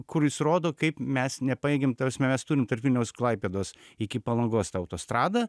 kuris rodo kaip mes nepajėgiam ta prasme mes turim tarp vilniaus klaipėdos iki palangos tą autostradą